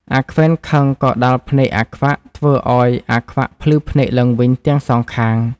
អាខ្វិនខឹងក៏ដាល់ភ្នែកអាខ្វាក់ ធ្វើឱ្យអាខ្វាក់ភ្លឺភ្នែកឡើងវិញទាំងសងខាង ។